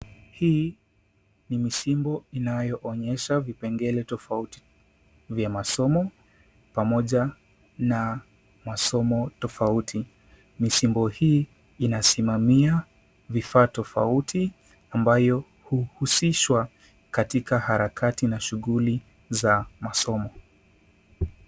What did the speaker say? Hii ni misimbo inayoonyesha vipengele tofauti vya masomo pamoja na masomo tofauti. Misimbo hii inasimamia vifaa tofauti ambayo huhusishwa katika harakati na shughuli za masomo.